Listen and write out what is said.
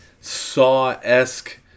saw-esque